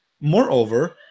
Moreover